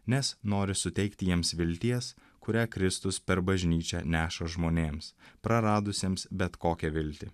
nes nori suteikti jiems vilties kurią kristus per bažnyčią neša žmonėms praradusiems bet kokią viltį